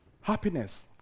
Happiness